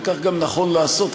וכך גם נכון לעשות,